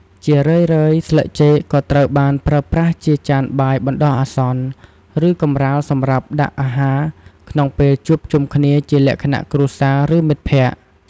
ជារឿយៗ ស្លឹកចេកក៏ត្រូវបានប្រើប្រាស់ជា ចានបាយបណ្តោះអាសន្ន ឬកម្រាលសម្រាប់ដាក់អាហារក្នុងពេលជួបជុំគ្នាជាលក្ខណៈគ្រួសារ ឬមិត្តភក្តិ។